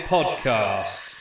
Podcast